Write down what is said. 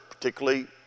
Particularly